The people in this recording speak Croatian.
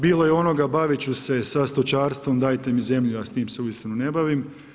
Bilo je onoga bavit ću se sa stočarstvom, dajte mi zemlju, a s tim se uistinu ne bavim.